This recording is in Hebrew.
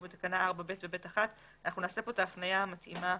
בתקנה 4(ב) ו-(ב1) אנחנו נעשה כאן את ההפניה המתאימה,